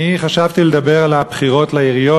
אני חשבתי לדבר על הבחירות לעיריות,